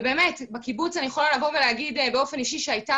ובאמת בקיבוץ אני יכולה לבוא ולהגיד באופן אישי שהייתה